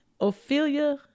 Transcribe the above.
Ophelia